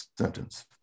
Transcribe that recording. sentence